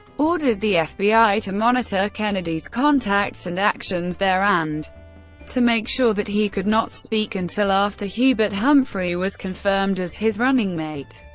ordered the fbi to monitor kennedy's contacts, and actions there, and to make sure that he could not speak until after hubert humphrey was confirmed as his running mate.